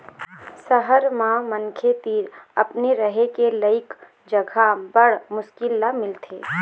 सहर म मनखे तीर अपने रहें के लइक जघा बड़ मुस्कुल ल मिलथे